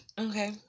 Okay